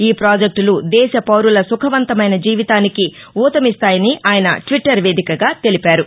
ఈ ప్రాజెక్టులు దేశ పౌరుల సుఖవంతమైన జీవితానికి ఊతమిస్తాయని ఆయన ట్విట్టర్ వేదికగా తెలిపారు